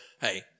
Hey